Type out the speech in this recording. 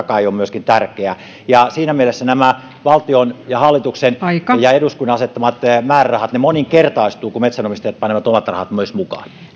kai on myöskin tärkeä siinä mielessä nämä valtion ja hallituksen ja eduskunnan asettamat määrärahat moninkertaistuvat kun metsänomistajat panevat omat rahat myös mukaan